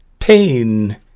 Pain